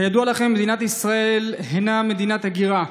כידוע לכם, מדינת ישראל הינה מדינת הגירה.